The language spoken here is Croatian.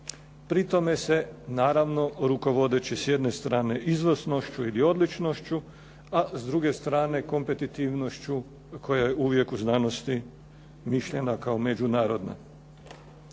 Pri tome se, naravno rukovodeći s jedne strane izvrsnošću ili odličnošću, a s druge strane kompetitivnošću koja uvijek u znanosti mišljena kao međunarodna.